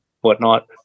whatnot